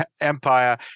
Empire